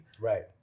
Right